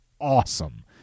awesome